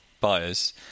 buyers